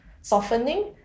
softening